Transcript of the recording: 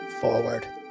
forward